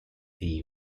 the